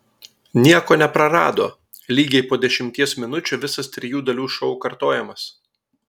nieko neprarado lygiai po dešimties minučių visas trijų dalių šou kartojamas